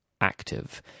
active